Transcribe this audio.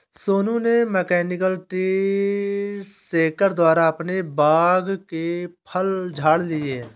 सोनू ने mechanical tree shaker द्वारा अपने बाग के फल झाड़ लिए है